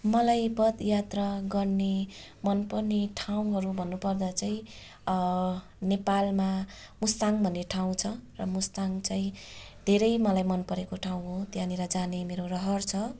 मलाई पदयात्रा गर्ने मन पर्ने ठाउँहरू भन्नु पर्दा चाहिँ नेपालमा मुस्ताङ भन्ने ठाउँ छ र मुस्ताङ चाहिँ धेरै मलाई मन परेको ठाउँ हो त्याहाँनेर जाने मेरो रहर छ